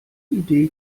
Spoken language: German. idee